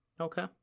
Okay